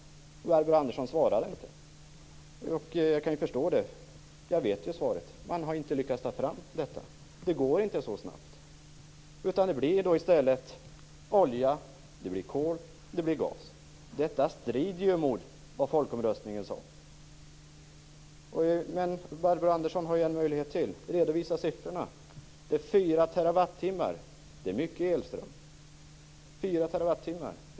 Men Barbro Andersson svarar inte på frågan. Jag kan förstå det, för jag vet ju vad svaret är: Man har inte lyckats ta fram förnybara energikällor. Det går inte så snabbt, utan det blir då i stället olja, kol och gas. Detta strider ju mot vad folkomröstningen sade. Men Barbro Andersson har en möjlighet till att redovisa siffrorna. Det handlar om 4 TWh, och det är mycket elström.